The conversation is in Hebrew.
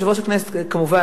כמובן,